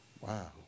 Wow